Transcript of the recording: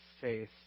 faith